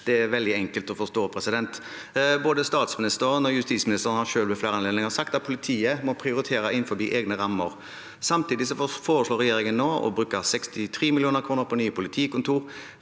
Det er veldig enkelt å forstå. Både statsministeren og justisministeren selv har ved flere anledninger sagt at politiet må prioritere innenfor egne rammer. Samtidig foreslår regjeringen nå å bruke 63 mill. kr på nye politikontor